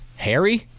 Harry